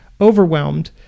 overwhelmed